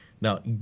Now